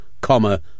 comma